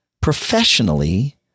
professionally